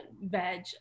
veg